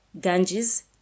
Ganges